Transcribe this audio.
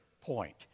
point